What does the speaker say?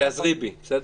אז תיעזרי בי, בסדר?